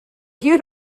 you